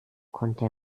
konnte